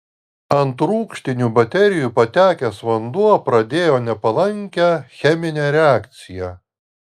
ant rūgštinių baterijų patekęs vanduo pradėjo nepalankę cheminę reakciją